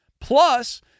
Plus